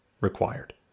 required